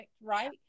right